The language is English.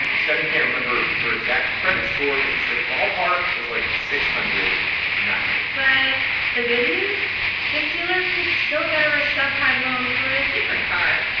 stephanie can't remember her exact credit score, but she says ballpark was, like, six hundred not great but the good news this dealer could still get her a subprime loan for a different car,